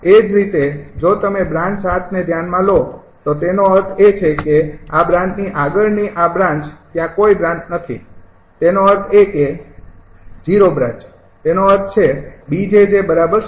એ જ રીતે જો તમે બ્રાન્ચ ૭ ને ધ્યાનમાં લો તો તેનો અર્થ એ છે કે આ બ્રાન્ચની આગળની આ બ્રાન્ચ ત્યાં કોઈ બ્રાન્ચ નથી તેનો અર્થ એ છે ૦ બ્રાન્ચ તેનો અર્થ છે 𝐵𝑗𝑗 ૦